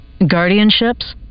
guardianships